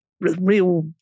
real